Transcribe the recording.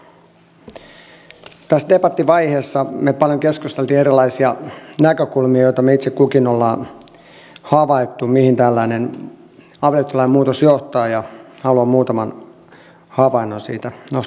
tässä debattivaiheessa me paljon keskustelimme erilaisista näkökulmista joita me itse kukin olemme havainneet mihin tällainen avioliittolain muutos johtaa ja haluan muutaman havainnon siitä nostaa esille